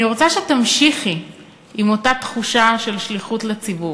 אני רוצה שתמשיכי עם אותה תחושה של שליחות לציבור,